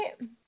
right